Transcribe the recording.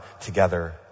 together